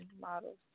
models